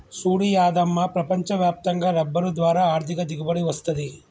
సూడు యాదమ్మ ప్రపంచ వ్యాప్తంగా రబ్బరు ద్వారా ఆర్ధిక దిగుబడి వస్తది